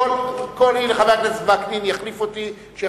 דוגמה לסלחנות.